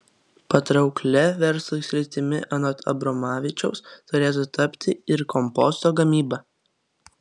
patrauklia verslui sritimi anot abromavičiaus turėtų tapti ir komposto gamyba